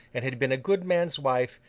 and had been a good man's wife,